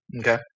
okay